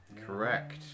Correct